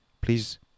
Please